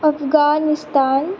Afghanistan